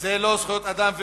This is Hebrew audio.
זה לא זכויות אדם,